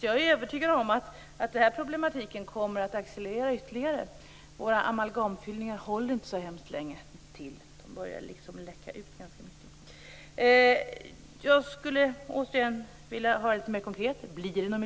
Jag är övertygad om att den här problematiken ytterligare kommer att accelerera. Våra amalgamfyllningar håller inte så hemskt länge till. De börjar att läcka ut ganska mycket.